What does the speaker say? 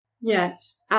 Yes